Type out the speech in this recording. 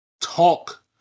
talk